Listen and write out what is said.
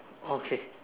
okay